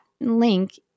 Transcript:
link